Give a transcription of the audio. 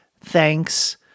thanks